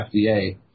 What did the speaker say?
FDA